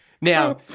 Now